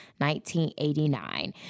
1989